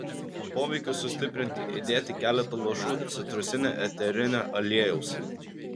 poveikiui sustiprinti įdėti keletą lašų citrusinio eterinio aliejaus